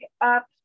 up